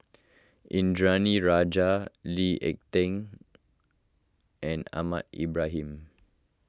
Indranee Rajah Lee Ek Tieng and Ahmad Ibrahim